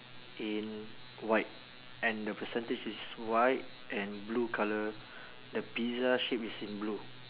in white and the percentage is white and blue colour the pizza shape is in blue